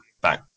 Bye